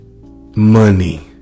money